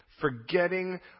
forgetting